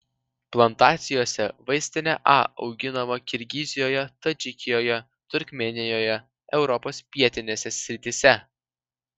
plantacijose vaistinė a auginama kirgizijoje tadžikijoje turkmėnijoje europos pietinėse srityse